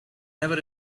never